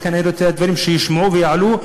אני רוצה שהדברים יישמעו ויעלו,